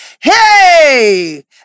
hey